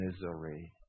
misery